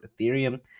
Ethereum